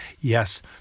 Yes